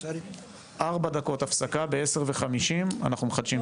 הישיבה ננעלה בשעה 10:47.